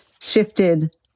shifted